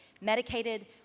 medicated